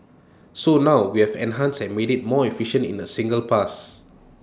so now we have enhanced and made IT more efficient in A single pass